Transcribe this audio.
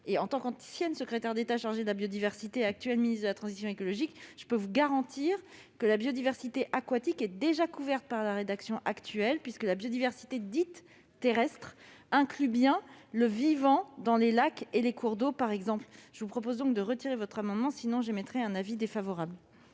En tant qu'ancienne secrétaire d'État chargée de la biodiversité et qu'actuelle ministre de la transition écologique, je peux vous le garantir, la biodiversité aquatique est déjà couverte par la rédaction actuelle du texte. En effet, la biodiversité dite « terrestre » inclut bien le vivant des lacs et des cours d'eau, par exemple. Je vous propose donc de retirer votre amendement, faute de quoi j'émettrais un avis défavorable.